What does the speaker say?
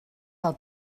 del